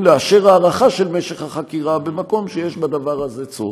לאשר הארכה של משך חקירה במקום שיש בדבר הזה צורך.